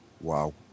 wow